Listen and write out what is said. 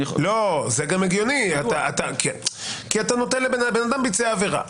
זה הגיוני כי אדם ביצע את העבירה.